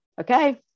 okay